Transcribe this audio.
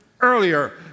Earlier